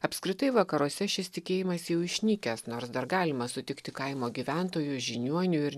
apskritai vakaruose šis tikėjimas jau išnykęs nors dar galima sutikti kaimo gyventojų žiniuonių ir